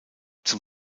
zum